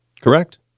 Correct